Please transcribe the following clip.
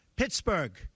Pittsburgh